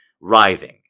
writhing